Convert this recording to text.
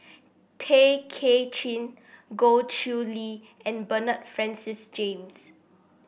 Tay Kay Chin Goh Chiew Lye and Bernard Francis James